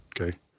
okay